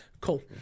Cool